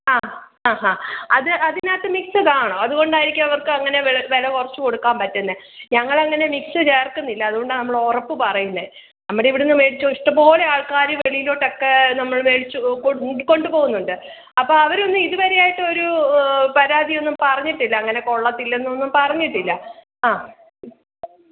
ആഹ് ആഹ് ഹാ അത് അതിനകത്ത് മിക്സഡ് ആണ് അതുകൊണ്ടായിരിക്കും അവര്ക്ക് അങ്ങനെ വില കുറച്ച് നമ്മൾ ഉറപ്പ് പറയുന്നത് നമ്മുടെ ഇവിടുന്ന് മേടിച്ച് ഇഷ്ടംപോലെ ആള്ക്കാർ വെളിയിലൊട്ടൊക്കെ നമ്മള് മേടിച്ച് കൊണ്ടു പോവുന്നുണ്ട് അപ്പം അവരൊന്നും ഇതുവരെ ആയിട്ട് ഒരു പരാതിയൊന്നും പറഞ്ഞിട്ടില്ല അങ്ങനെ കൊള്ളത്തില്ല എന്ന് ഒന്നും പറഞ്ഞിട്ടില്ല ആഹ്